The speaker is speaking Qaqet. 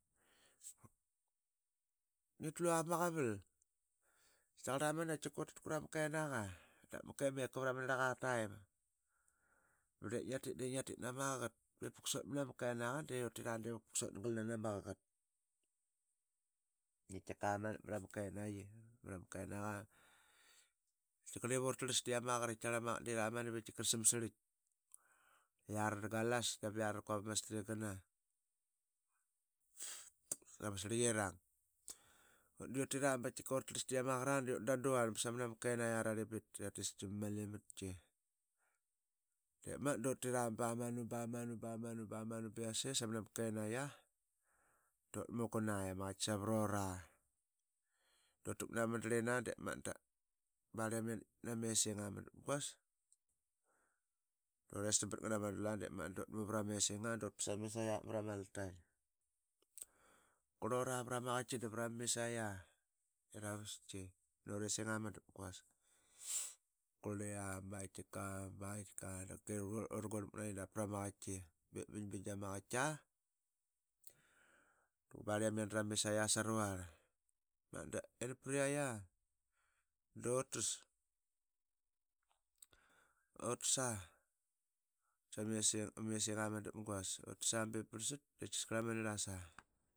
Ngitlua vamaqaval. amanu i utit qramaqaqat bep vuksut mnama kenaqa de vukpuk sut glana maqaqat de qaitika manap mrama Kenaiyi mrama Kenaqa. Qaitika divutrlas tkiamaqaqat i qaitaqarl ta samsirltk. I yari ragalas dap i yari raquap de utdan tuarl samrama Kenaiyia ararlimbit ira tisqi ma mali matqi. De magat dutiramannu. bamanu. bamanu. bamanu. bamanu. bi yase samnama Kenaiqia dut muguna i yama qait savrora durtakmat mama madarlina dep magat de yana ditkmat nama esinga madapguas. De urestam patnnganama dula dut muvat nganama esinga madapguas. De urestan patnganama dula dut muvat nganama esinga dut pas ama misqia mrama itaing. Qurlura vrama qaitki da qut ama misaqi iravasqi nama esing ama dapguas. Qurlia baqaitkika. baqaitkika. bep asqarl uraguirlmak naqi dap prama qaitki bep bingbing dama qaita dagubarliam yandramamisaqia saruarl. Da i ana priyaya butas. utasa mesinga madapguas asqarl ama nirlasa